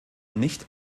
nicht